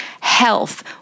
health